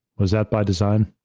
was that by design?